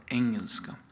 engelska